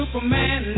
Superman